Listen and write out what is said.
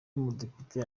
mudepite